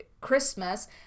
Christmas